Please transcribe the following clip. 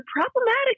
problematic